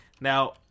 Now